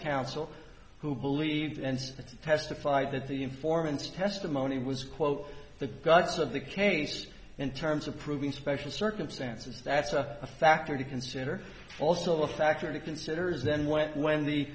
counsel who believed and it's testified that the informants testimony was quote the guts of the case in terms of proving special circumstances that's a factor to consider also a factor to consider is then went when the